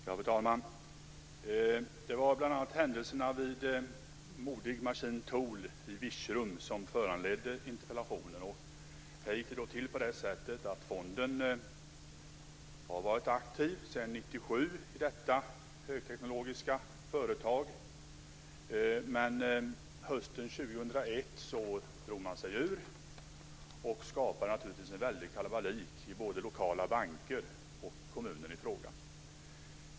Fru talman! Det var bl.a. händelserna vid Modig Machine Tool AB i Virserum som föranledde interpellationen. Fonden har varit aktiv sedan 1997 i detta högteknologiska företag, men hösten 2001 drog man sig ur. Det skapade naturligtvis en väldig kalabalik både i lokala banker och i kommunen i fråga.